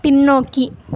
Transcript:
பின்னோக்கி